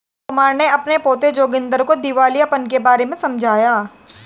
रामकुमार ने अपने पोते जोगिंदर को दिवालियापन के बारे में समझाया